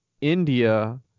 India